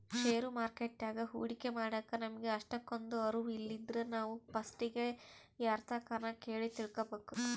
ಷೇರು ಮಾರುಕಟ್ಯಾಗ ಹೂಡಿಕೆ ಮಾಡಾಕ ನಮಿಗೆ ಅಷ್ಟಕೊಂದು ಅರುವು ಇಲ್ಲಿದ್ರ ನಾವು ಪಸ್ಟಿಗೆ ಯಾರ್ತಕನ ಕೇಳಿ ತಿಳ್ಕಬಕು